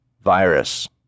virus